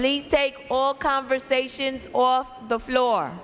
please take all conversations off the floor